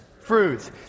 fruits